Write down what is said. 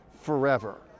forever